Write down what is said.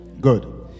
good